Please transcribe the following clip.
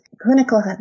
clinical